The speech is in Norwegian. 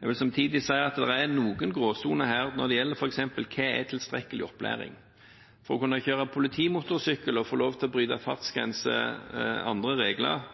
Jeg vil samtidig si at det er noen gråsoner her. Hva er f.eks. tilstrekkelig opplæring? For å kunne kjøre politimotorsykkel og få lov til å bryte fartsgrenser og andre regler